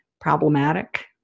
problematic